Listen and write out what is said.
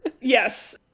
Yes